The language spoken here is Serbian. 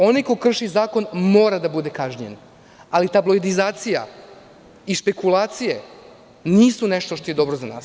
Onaj ko krši zakon mora da bude kažnjen, ali tabloidizacija i špekulacije nisu nešto što je dobro za nas.